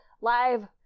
live